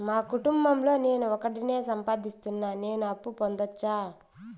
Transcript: మా కుటుంబం లో నేను ఒకడినే సంపాదిస్తున్నా నేను అప్పు పొందొచ్చా